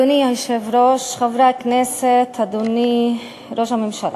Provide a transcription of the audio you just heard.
אדוני היושב-ראש, חברי הכנסת, אדוני ראש הממשלה,